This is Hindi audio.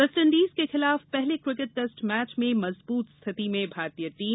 वेस्टइण्डीज के खिलाफ पहले किकेट टेस्ट मैच में मजबूत स्थिति में भारतीय टीम